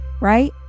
right